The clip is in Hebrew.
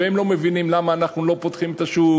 והם לא מבינים למה אנחנו לא פותחים את השוק